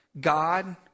God